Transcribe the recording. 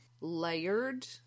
layered